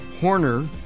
Horner